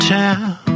town